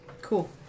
Cool